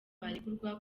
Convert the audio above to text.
barekurwa